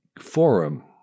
forum